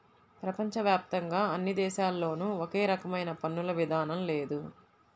ప్రపంచ వ్యాప్తంగా అన్ని దేశాల్లోనూ ఒకే రకమైన పన్నుల విధానం లేదు